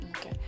okay